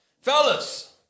Fellas